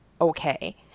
okay